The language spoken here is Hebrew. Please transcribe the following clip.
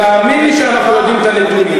תאמין לי שאנחנו יודעים את הנתונים.